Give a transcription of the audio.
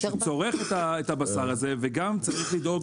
שצורך את הבשר הזה וגם צריך לדאוג